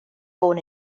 born